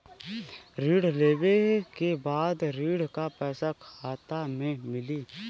ऋण लेवे के बाद ऋण का पैसा खाता में मिली?